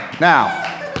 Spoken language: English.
Now